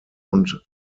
und